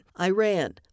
Iran